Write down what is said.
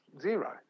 Zero